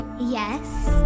Yes